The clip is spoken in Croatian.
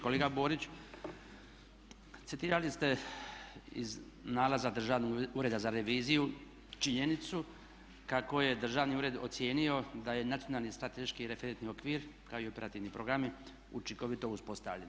Kolega Borić, citirali ste iz nalaza Državnog ureda za reviziju činjenicu kako je Državni ured ocijenio da je nacionalni strateški referentni okvir kao i operativni programi učinkovito uspostavljen.